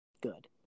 good